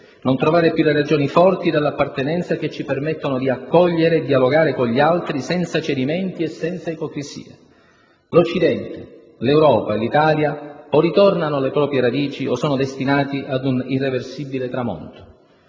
non trovare più le ragioni forti dell'appartenenza che ci permettono di accogliere e dialogare con gli altri senza cedimenti e senza ipocrisie. L'Occidente, l'Europa e l'Italia o ritornano alle proprie radici o sono destinati ad un irreversibile tramonto.